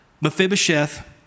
Mephibosheth